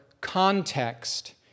context